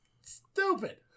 Stupid